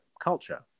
culture